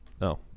No